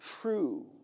true